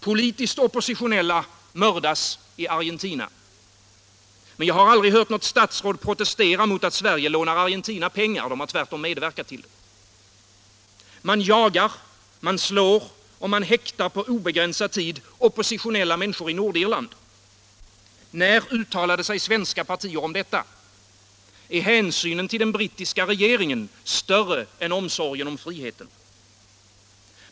Politiskt oppositionella mördas i Argentina, men jag har aldrig hört något statsråd protestera mot att Sverige lånar Argentina pengar. Tvärtom har man medverkat härtill. Oppositionella människor i Nordirland jagas, slås och häktas på obegränsad tid. När uttalade sig svenska partier om detta? Är hänsynen till den brittiska regeringen större än omsorgen om friheten?